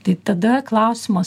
tai tada klausimas